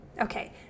Okay